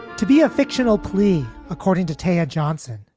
to be a fictional plea, according to taya johnson,